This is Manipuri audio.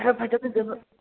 ꯈꯔ ꯐꯖ ꯐꯖꯕ